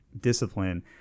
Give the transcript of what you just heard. discipline